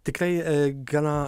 tikrai gana